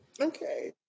Okay